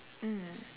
mm